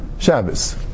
Shabbos